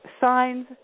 signs